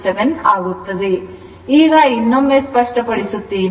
ಈಗ ಇನ್ನೊಮ್ಮೆ ಸ್ಪಷ್ಟ ಪಡಿಸುತ್ತೇನೆ